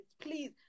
please